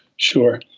Sure